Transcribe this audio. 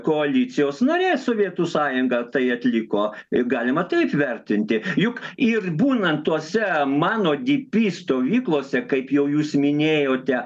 koalicijos narė sovietų sąjunga tai atliko galima taip vertinti juk ir būnant tose mano dy py stovyklose kaip jau jūs minėjote